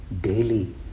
daily